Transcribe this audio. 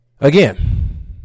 Again